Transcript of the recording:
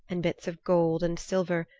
and bits of gold and silver,